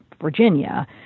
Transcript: Virginia